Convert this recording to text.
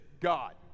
God